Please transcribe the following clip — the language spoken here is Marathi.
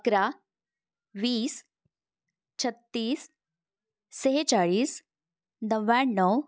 अकरा वीस छत्तीस सेहेचाळीस नव्याण्णव